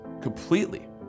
Completely